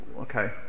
okay